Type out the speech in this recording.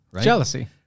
Jealousy